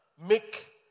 make